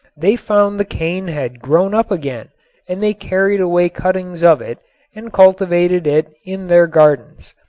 they found the cane had grown up again and they carried away cuttings of it and cultivated it in their gardens.